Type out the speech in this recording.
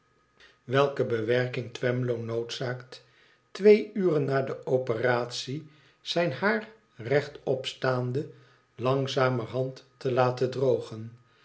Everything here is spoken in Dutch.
welke bewerking twemlow noodzaakt twee uren na de operatie zijn haar recht opstaande langzamerhand te laten drogen